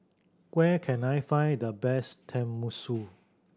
where can I find the best Tenmusu